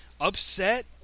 upset